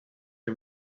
are